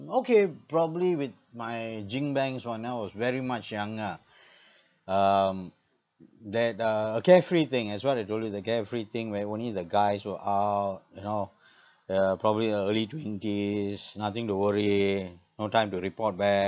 okay probably with my one that was very much younger um that uh carefree thing as what I told you the carefree thing where only the guys were out you know uh probably uh early twenties nothing to worry no time to report back